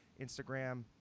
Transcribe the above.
Instagram